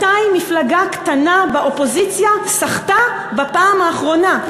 מתי מפלגה קטנה באופוזיציה סחטה בפעם האחרונה?